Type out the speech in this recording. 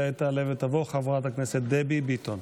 כעת תעלה ותבוא חברת הכנסת דבי ביטון.